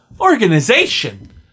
Organization